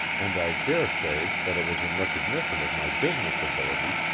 and i dare say that it was in recognition of my business ability,